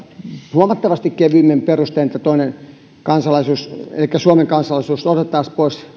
huomattavasti kevyemmin perustein toinen kansalaisuus elikkä suomen kansalaisuus otettaisiin pois